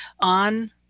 on